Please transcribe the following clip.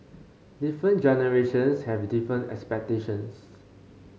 different generations have different expectations